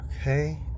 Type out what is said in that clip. Okay